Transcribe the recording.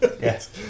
Yes